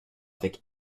avec